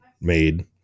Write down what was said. made